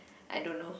I don't know